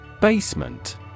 Basement